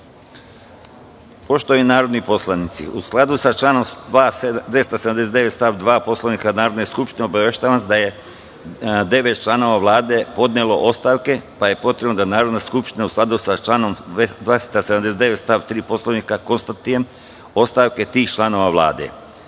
narodni poslanici, u članu sa članom 279. stav 2. Poslovnika Narodne skupštine, obaveštavam vas da je devet članova Vlade podnelo ostavke, pa je potrebno da Narodna skupština, u skladu sa članom 279. stav 3. Poslovnika, konstatuje ostavke tih članova